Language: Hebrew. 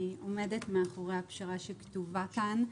אני עומדת מאחורי הפשרה שכתובה כאן.